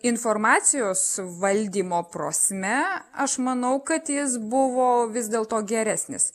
informacijos valdymo prasme aš manau kad jis buvo vis dėlto geresnis